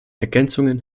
ergänzungen